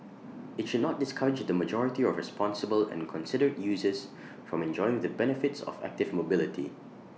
IT should not discourage the majority of responsible and considerate users from enjoying the benefits of active mobility